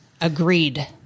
Agreed